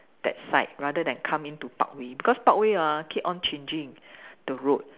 that side rather than come in through parkway because parkway ah keep on changing the road